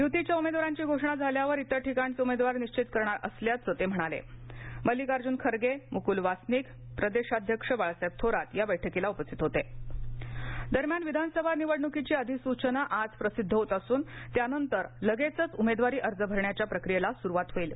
यूतीच्या उमद्वारांची घोषणा झाल्यावर इतर ठिकाणचउमध्वार निश्चित करणार असल्याच तक्रिणालमल्लिकार्जुन खर्गे मुकुल वासनिक प्रदर्शध्यक्ष बाळासाहथोरात बैठकीला उपस्थित होत पणे जिल्हा निवडणक अधिसचना दरम्यान विधानसभा निवडणुकीची अधिसूचना आज प्रसिद्ध होत असून त्यानंतर लगद्धि उमद्वारी अर्ज भरण्याच्या प्रक्रियद्वी सुरुवात होईल